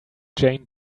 jane